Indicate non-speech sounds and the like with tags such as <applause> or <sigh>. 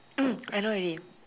<coughs> I know already